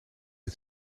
het